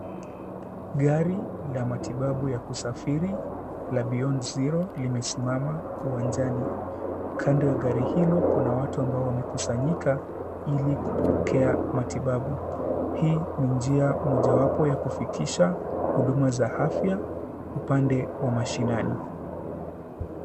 Gari la matibabu ya kusafiri la Beyond Zero limesimama uwanjani. Kando ya gari hilo, kuna watu ambao wamekusanyika ili kupokea matibabu. Hii ni njia mojawapo ya kufikisha huduma za afya upande wa mashinani.